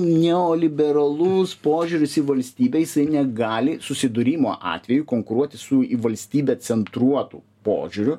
neoliberalus požiūris į valstybę jisai negali susidūrimo atveju konkuruoti su valstybe centruotu požiūriu